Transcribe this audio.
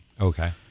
okay